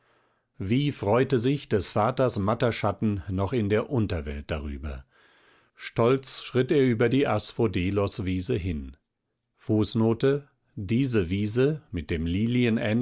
wie freute sich des vaters matter schatten noch in der unterwelt darüber stolz schritt er über die asphodeloswiese hin diese wiese mit dem